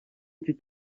iki